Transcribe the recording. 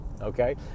okay